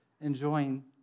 enjoying